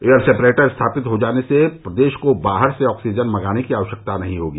air separator स्थापित हो जाने से प्रदेश के बाहर से ऑक्सीजन मंगाने की आवश्यकता नहीं होगी